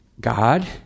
God